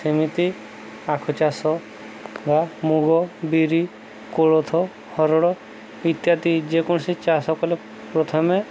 ସେମିତି ଆଖୁ ଚାଷ ବା ମୁଗ ବିରି କୋଳଥ ହରଡ଼ ଇତ୍ୟାଦି ଯେକୌଣସି ଚାଷ କଲେ ପ୍ରଥମେ